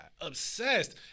obsessed